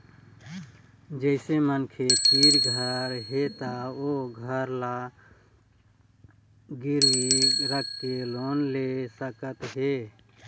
जइसे मनखे तीर घर हे त ओ घर ल गिरवी राखके लोन ले सकत हे